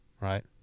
right